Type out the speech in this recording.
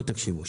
תקשיבו.